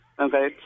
Okay